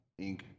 Inc